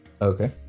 Okay